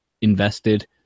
invested